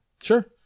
Sure